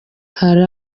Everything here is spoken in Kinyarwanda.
hari